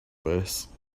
base